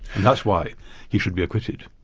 and that's why he should be acquitted.